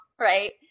right